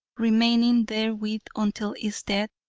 remaining therewith until its death,